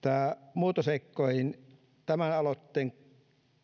muotoseikkoihin tämän aloitteen